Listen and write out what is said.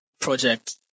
project